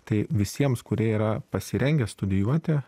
tai visiems kurie yra pasirengę studijuoti